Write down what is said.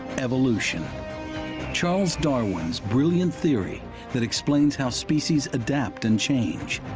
evolution charles darwin's brilliant theory that explains how species adapt and change.